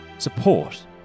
Support